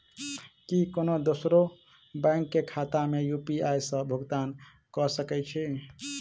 की कोनो दोसरो बैंक कऽ खाता मे यु.पी.आई सऽ भुगतान कऽ सकय छी?